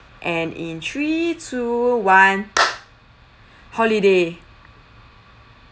and in three two one holiday